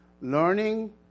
learning